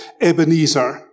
Ebenezer